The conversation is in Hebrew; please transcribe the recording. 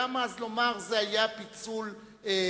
למה אז לומר שזה היה פיצול מלאכותי?